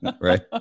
Right